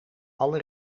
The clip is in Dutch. alle